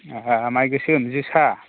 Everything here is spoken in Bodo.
ए माइ गोसोम जोसा